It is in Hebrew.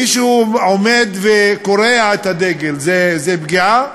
אם מישהו עומד וקורע את הדגל, זו פגיעה?